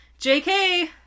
JK